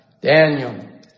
Daniel